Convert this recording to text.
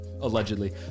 allegedly